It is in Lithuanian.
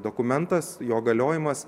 dokumentas jo galiojimas